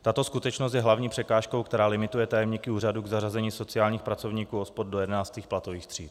Tato skutečnost je hlavní překážkou, která limituje tajemníky úřadů k zařazení sociálních pracovníků OSPOD do 11. platových tříd.